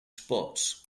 spots